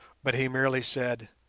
but he merely said,